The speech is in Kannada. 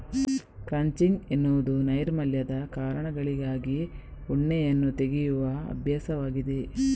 ಕ್ರಚಿಂಗ್ ಎನ್ನುವುದು ನೈರ್ಮಲ್ಯದ ಕಾರಣಗಳಿಗಾಗಿ ಉಣ್ಣೆಯನ್ನು ತೆಗೆಯುವ ಅಭ್ಯಾಸವಾಗಿದೆ